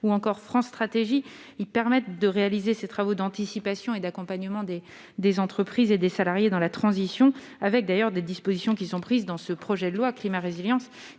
ou encore France Stratégie ils permettent de réaliser ces travaux d'anticipation et d'accompagnement des des entreprises et des salariés dans la transition avec d'ailleurs des dispositions qui sont prises dans ce projet de loi climat résilience